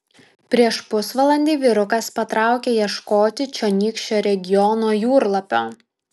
prieš pusvalandį vyrukas patraukė ieškoti čionykščio regiono jūrlapio